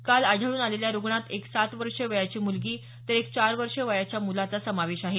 काल आढळून आलेल्या रुग्णात एक सात वर्षे वयाची मुलगी तर एका चार वर्षे वयाच्या मुलाचा समावेश आहे